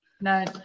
No